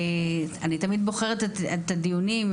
ואני תמיד בוחרת את הדיונים,